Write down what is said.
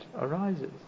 arises